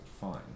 fine